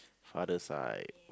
father side